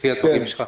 לפי הדברים שלך?